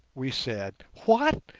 we said, what!